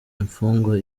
imfungwa